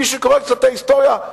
מי שקורא קצת את ההיסטוריה,